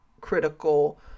critical